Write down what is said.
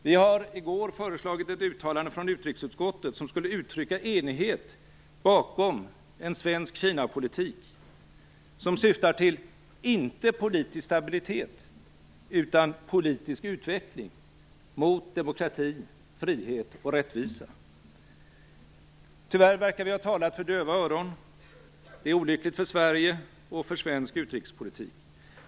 Vi föreslog i går ett uttalande från utrikesutskottet som skulle uttrycka enighet bakom en svensk Kinapolitik som inte syftar till politisk stabilitet utan till politisk utveckling mot demokrati, frihet och rättvisa. Tyvärr verkar vi ha talat för döva öron. Det är olyckligt för Sverige och för svensk utrikespolitik.